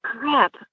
crap